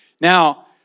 Now